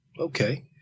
Okay